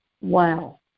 Wow